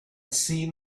seen